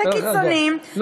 וקיצוניים,